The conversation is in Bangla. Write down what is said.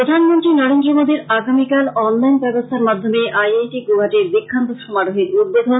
প্রধানমন্ত্রী নরেন্দ্র মোদির আগামীকাল অনলাইন ব্যবস্থার মাধ্যমে আই আই টি গৌহাটীর দিক্ষান্ত সমারোহের উদ্বোধন